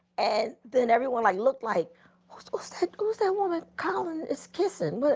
and then everyone like looked like oh, so so who is that woman colin is kissing.